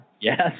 Yes